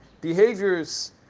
behaviors